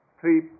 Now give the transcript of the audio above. three